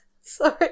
Sorry